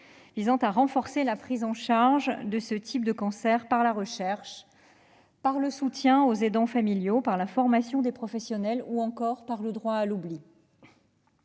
visant à renforcer la prise en charge de ce type de cancers par la recherche, le soutien aux aidants familiaux, la formation des professionnels ou encore le droit à l'oubli.